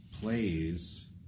plays